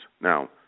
Now